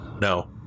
no